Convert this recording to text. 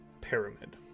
pyramid